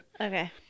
Okay